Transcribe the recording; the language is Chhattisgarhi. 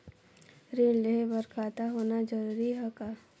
ऋण लेहे बर खाता होना जरूरी ह का?